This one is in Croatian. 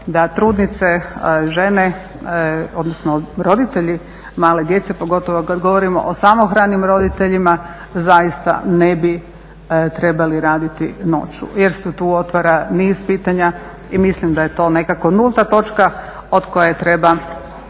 da trudnice, žene odnosno roditelji male djece, pogotovo kad govorimo o samohranim roditeljima zaista ne bi trebali raditi noću jer se tu otvara niz pitanja i mislim da je to nekako nulta točka od koje treba krenuti.